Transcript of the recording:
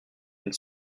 une